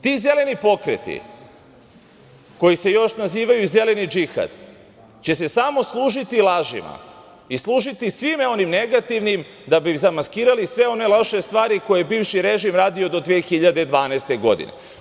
Ti zeleni pokreti koji se još nazivaju - zeleni džihad, oni će se samo služiti lažima i služiti svime onim negativnim da bi zamaskirali sve one loše stvari koje je bivši režim radio do 2012. godine.